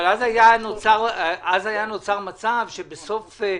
אבל אז היה נוצר מצב שבסוף 2021,